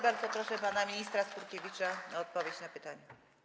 Bardzo proszę pana ministra Skurkiewicza o odpowiedź na pytanie.